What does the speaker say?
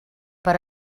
per